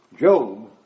Job